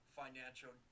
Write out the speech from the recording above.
financial